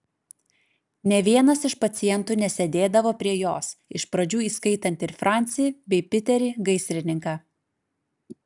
nė vienas iš pacientų nesėdėdavo prie jos iš pradžių įskaitant ir francį bei piterį gaisrininką